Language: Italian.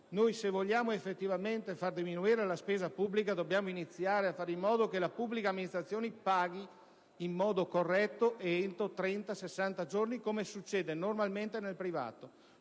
davvero vogliamo far diminuire la spesa pubblica dobbiamo iniziare a fare in modo che la pubblica amministrazione paghi in modo corretto ed entro 30-60 giorni, come avviene normalmente nel settore